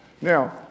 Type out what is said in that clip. Now